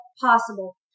possible